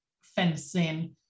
fencing